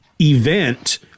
event